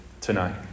tonight